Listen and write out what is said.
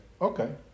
okay